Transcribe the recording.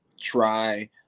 try